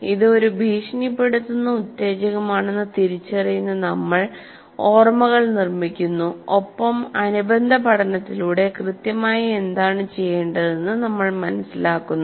ഇത് ഒരു ഭീഷണിപ്പെടുത്തുന്ന ഉത്തേജകമാണെന്ന് തിരിച്ചറിയുന്ന നമ്മൾ ഓർമ്മകൾ നിർമ്മിക്കുന്നു ഒപ്പം അനുബന്ധ പഠനത്തിലൂടെ കൃത്യമായി എന്താണ് ചെയ്യേണ്ടതെന്ന് നമ്മൾ മനസിലാക്കുന്നു